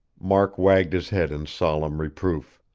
mark wagged his head in solemn reproof.